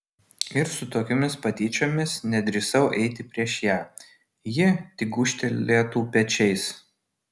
ir su tokiomis patyčiomis nedrįsau eiti prieš ją ji tik gūžtelėtų pečiais